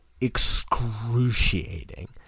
Excruciating